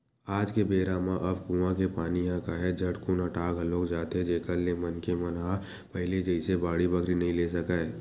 आज के बेरा म अब कुँआ के पानी ह काहेच झटकुन अटा घलोक जाथे जेखर ले मनखे मन ह पहिली जइसे बाड़ी बखरी नइ ले सकय